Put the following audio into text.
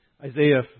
Isaiah